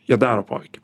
jie daro poveikį